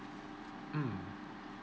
mm